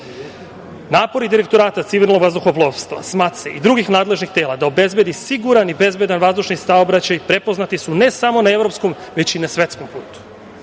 Direktorata civilnog vazduhoplovstva, SMATSA i drugih nadležnih tela da obezbedi siguran i bezbedan vazdušni saobraćaj, prepoznati su ne samo na evropskom, već i na svetskom putu.